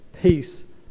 peace